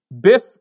Biff